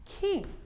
king